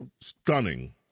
stunning